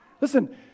Listen